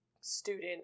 Student